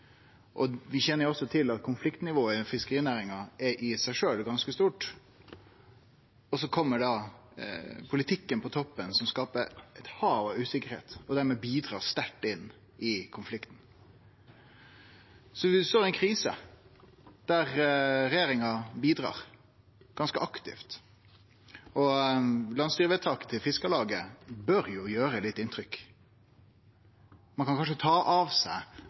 Vi kjenner til at konfliktnivået i fiskerinæringa i seg sjølv er ganske stort, og så kjem politikken på toppen, som skaper eit hav av usikkerheit og dermed bidrar sterkt til konflikten. Så vi står i ei krise, der regjeringa bidrar ganske aktivt. Landstyrevedtaket til Fiskarlaget bør jo gjere litt inntrykk. Ein kan kanskje ta av seg